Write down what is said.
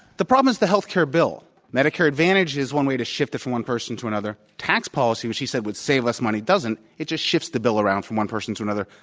the problem is the healthcare bill. medicare advantage is one way to shift it from one person to another. tax policy, which he said would save us money, doesn't. it just shifts the bill around from one person to another.